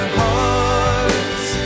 hearts